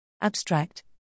Abstract